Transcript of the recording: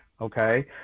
okay